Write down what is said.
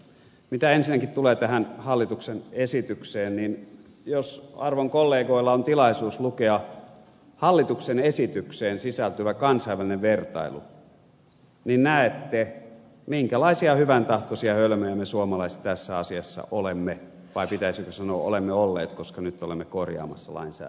mitä ensinnäkin tulee tähän hallituksen esitykseen niin jos arvon kollegoilla on tilaisuus lukea hallituksen esitykseen sisältyvä kansainvälinen vertailu niin näette minkälaisia hyväntahtoisia hölmöjä me suomalaiset tässä asiassa olemme vai pitäisikö sanoa olemme olleet koska nyt olemme korjaamassa lainsäädäntöä